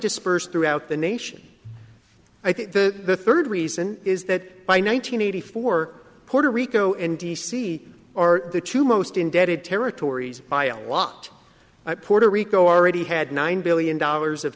dispersed throughout the nation i think the third reason is that by nine hundred eighty four puerto rico and d c are the two most indebted territories by a lot of puerto rico already had nine billion dollars of